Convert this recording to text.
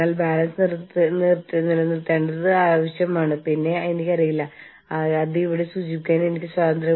അതിനാൽ senior management പറയുന്നു ശരി എന്താണ് സംഭവിക്കുന്നതെന്ന് ഞങ്ങൾക്ക് അറിയണം